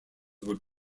would